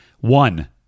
One